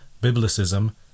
biblicism